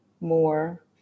more